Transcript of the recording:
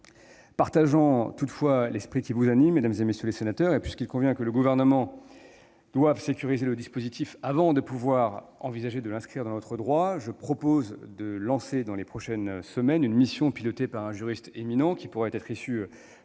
Partageant toutefois l'esprit qui vous anime, mesdames, messieurs les sénateurs, et puisque le Gouvernement doit sécuriser le dispositif avant de pouvoir envisager de l'inscrire dans notre droit, je propose de lancer dans les prochaines semaines une mission sur ce thème. Pilotée par un juriste éminent qui pourrait être issu